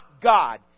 God